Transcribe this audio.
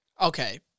Okay